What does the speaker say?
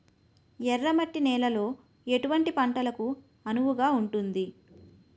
ఎర్ర మట్టి నేలలో ఎటువంటి పంటలకు అనువుగా ఉంటుంది?